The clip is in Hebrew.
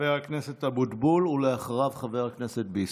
חבר הכנסת אבוטבול, ואחריו, חבר הכנסת ביסמוט.